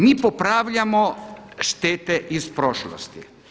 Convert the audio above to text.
Mi popravljamo štete iz prošlosti.